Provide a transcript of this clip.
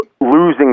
losing